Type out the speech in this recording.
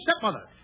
stepmother